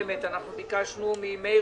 בישיבה הקודמת אנחנו ביקשנו ממאיר